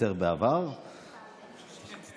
בעבר היית עומדת יותר בזמנים,